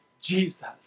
Jesus